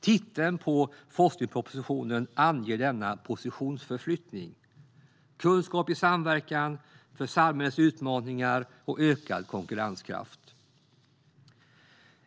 Titeln på forskningspropositionen anger denna positionsförflyttning: Kunskap i samverkan - för samhällets utmaningar och ökad konkurrenskraft .